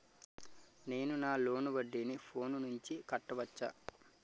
నేను నా లోన్ వడ్డీని ఫోన్ నుంచి కట్టవచ్చా?